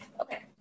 Okay